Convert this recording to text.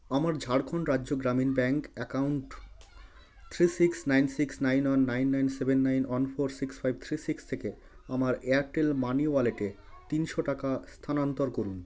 আমার Jharkhand Rajya Gramin Bank account three six nine six nine one nine nine seven nine one four six five three six থেকে আমার Airtel money ওয়ালেটে তিনশো টাকা স্থানান্তর করুন